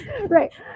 Right